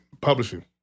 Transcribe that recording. publishing